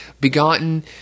Begotten